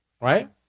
right